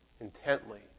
Intently